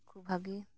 ᱠᱷᱩᱵ ᱵᱷᱟᱹᱜᱤ